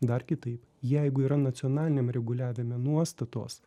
dar kitaip jeigu yra nacionaliniam reguliavime nuostatos